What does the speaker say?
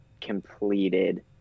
completed